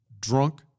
drunk